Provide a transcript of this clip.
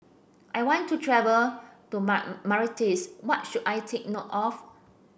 I want to travel to Mar Mauritius what should I take note of